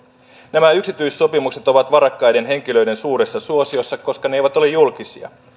nämä yksityissopimukset ovat varakkaiden henkilöiden suuressa suosiossa koska ne eivät ole julkisia